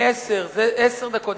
עשר דקות,